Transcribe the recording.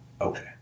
Okay